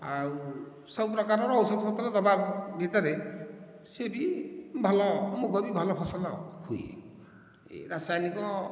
ଆଉ ସବୁ ପ୍ରକାରର ଔଷଧ ପତ୍ର ଦେବା ଭିତରେ ସେ ବି ଭଲ ମୁଗ ବି ଭଲ ଫସଲ ହୁଏ ଏ ରାସାୟନିକ